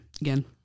again